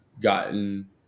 gotten